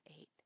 eight